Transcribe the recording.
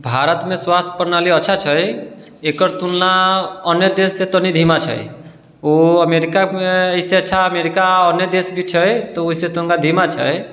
भारतमे स्वास्थ्य प्रणाली अच्छा छै एकर तुलना अन्य देश से तनि धीमा छै ओ अमेरिकामे इससे अच्छा अमेरिका अन्य देश भी छै तऽ ओहिसे तनिका धीमा छै